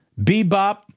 Bebop